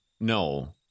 No